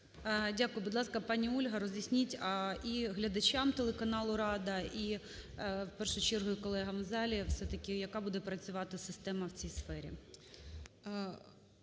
Дякую. Будь ласка, пані Ольга, роз'ясніть і глядачам телеканалу "Рада", і в першу чергу і колегам в залі, все-таки яка буде працювати система в цій сфері.